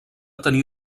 tenir